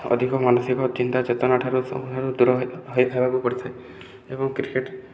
ଅଧିକ ମାନସିକ ଚିନ୍ତା ଚେତନା ଠାରୁ ସବୁଠାରୁ ଦୂର ହେବାକୁ ପଡ଼ିଥାଏ ଏବଂ କ୍ରିକେଟ